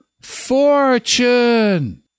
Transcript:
fortune